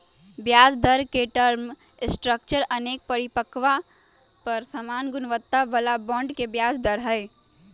ब्याजदर के term structure अनेक परिपक्वता पर समान गुणवत्ता बला बॉन्ड के ब्याज दर हइ